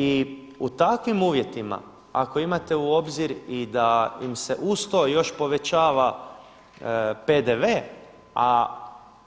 I u takvim uvjetima ako imate u obzir i da im se uz to još povećava PDV a